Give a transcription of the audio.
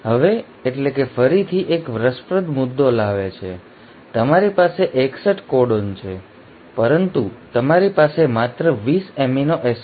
હવે એટલે કે ફરીથી એક રસપ્રદ મુદ્દો લાવે છે તમારી પાસે 61 કોડોન છે પરંતુ તમારી પાસે માત્ર 20 એમિનો એસિડ છે